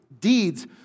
deeds